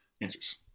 answers